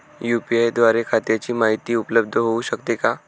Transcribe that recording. UPI द्वारे खात्याची माहिती उपलब्ध होऊ शकते का?